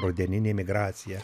rudeninė migracija